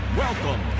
welcome